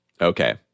Okay